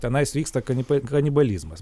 tenai vyksta kaniba kanibalizmas